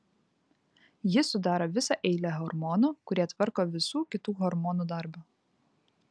jis sudaro visą eilę hormonų kurie tvarko visų kitų hormonų darbą